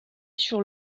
sur